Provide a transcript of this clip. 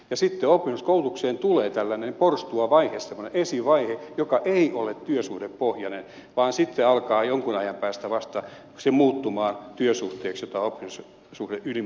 ja sitten oppisopimuskoulutukseen tulee tällainen porstuavaihe semmoinen esivaihe joka ei ole työsuhdepohjainen vaan sitten jonkin ajan päästä vasta se alkaa muuttumaan työsuhteeksi jota oppisopimussuhde ylimalkaan on